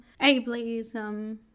ableism